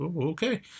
okay